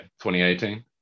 2018